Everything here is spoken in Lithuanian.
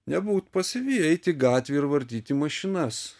nebūt pasyvi eit į gatvę ir vartyti mašinas